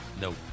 Nope